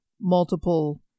multiple